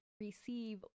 receive